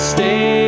Stay